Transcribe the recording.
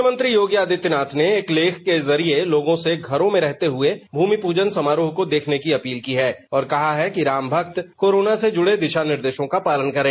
मुख्यमंत्री योगी आदित्यनाथ ने एक लेख के जरिए लोगों से घरों में रहते हुए भूमि पूजन समारोह को देखने की अपील की है और कहा है कि राम भक्त कोरोना से जुडे दिशा निर्देशों का पालन करें